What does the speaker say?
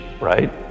right